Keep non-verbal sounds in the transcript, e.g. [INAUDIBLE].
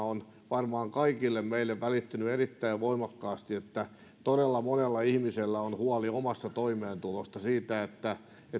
[UNINTELLIGIBLE] on varmaan kaikille meille välittynyt erittäin voimakkaasti että todella monella ihmisellä on huoli omasta toimeentulosta siitä